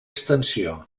extensió